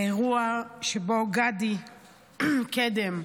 האירוע שבו גדי קדם,